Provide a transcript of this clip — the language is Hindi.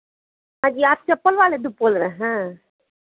अजी आप चप्पल वाले दु बोल रहे हैं